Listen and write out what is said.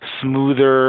smoother